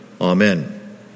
Amen